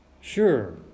Sure